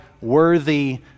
worthy